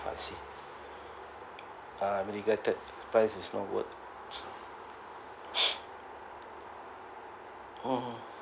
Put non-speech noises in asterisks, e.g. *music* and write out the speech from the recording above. I see uh regretted the price is not worth *noise* um